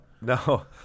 no